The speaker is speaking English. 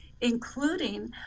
including